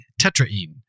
tetraene